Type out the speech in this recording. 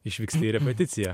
išvyksti į repeticiją